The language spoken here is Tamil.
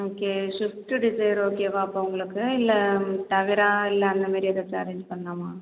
ஓகே ஷிப்ட்டு டிசைர் ஓகேவா அப்போ உங்களுக்கு இல்லை டவேரா இல்லை அந்த மாரி ஏதாச்சும் அரேஞ்ச் பண்ணணுமா